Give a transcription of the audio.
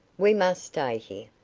we must stay here.